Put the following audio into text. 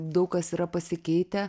daug kas yra pasikeitę